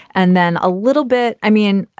and then a little bit. i mean,